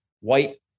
white